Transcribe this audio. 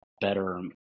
better